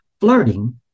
flirting